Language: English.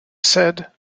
said